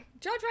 Judge